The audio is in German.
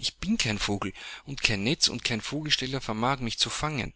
ich bin kein vogel und kein netz und kein vogelsteller vermag mich zu fangen